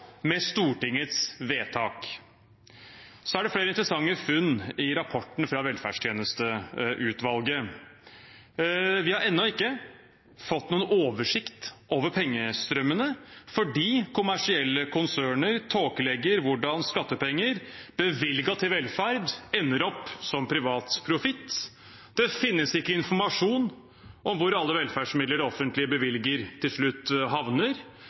med Stortingets vedtak. Så er det flere interessante funn i rapporten fra velferdstjenesteutvalget. Vi har ennå ikke fått noen oversikt over pengestrømmene fordi kommersielle konserner tåkelegger hvordan skattepenger bevilget til velferd ender opp som privat profitt. Det finnes ikke informasjon om hvor alle velferdsmidler det offentlige bevilger, til slutt havner.